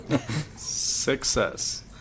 Success